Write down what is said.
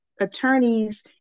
attorney's